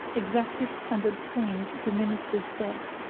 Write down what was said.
exacted and obtained the minister's death,